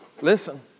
Listen